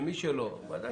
למי שלא, ודאי שלא.